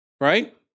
right